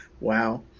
Wow